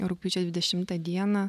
rugpjūčio dvidešimtą dieną